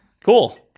Cool